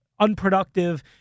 unproductive